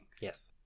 Yes